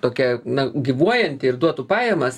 tokia na gyvuojanti ir duotų pajamas